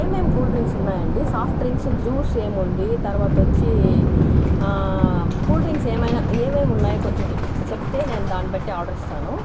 ఏమేమి cool drinks ఉన్నాయి అండి సాఫ్ట్ డ్రింక్స్ జ్యూస్ ఏముంది తర్వాత వచ్చి కూల్ డ్రింక్స్ ఏమైనా ఏమేమి ఉన్నాయో కొంచెం చెప్తే నేను దాన్ని బట్టి ఆర్డర్ ఇస్తాను